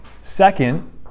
second